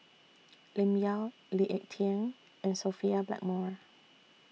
Lim Yau Lee Ek Tieng and Sophia Blackmore